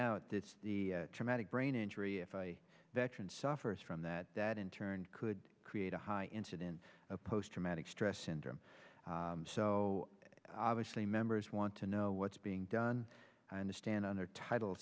out this traumatic brain injury if i veteran suffers from that that in turn could create a high incidence of post traumatic stress syndrome so obviously members want to know what's being done to stand on their title